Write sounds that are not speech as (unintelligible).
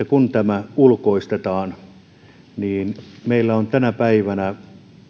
(unintelligible) kun tämä ulkoistetaan ja meillä on tänä päivänä